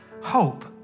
hope